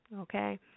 okay